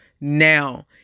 Now